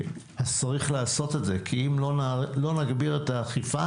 יש לעשות זאת כי אם לא נגביר את האכיפה,